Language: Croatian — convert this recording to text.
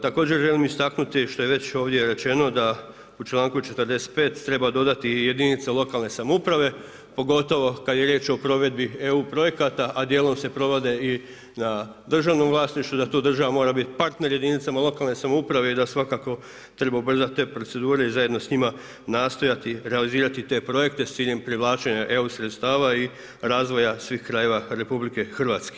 Također želim istaknuti što je već ovdje rečeno da u članku 45. treba dodati i jedinica lokalne samouprave pogotovo kada je riječ o provedbi eu projekata, a dijelom se provode i na državnom vlasništvu da tu država mora biti partner jedinicama lokalne samouprave i da svakako treba ubrzati te procedure i zajedno s njima nastojati realizirati te projekte s ciljem privlačenja eu sredstava i razvoja svih krajeva RH.